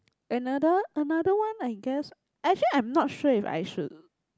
another another one I guess actually I'm not sure if I should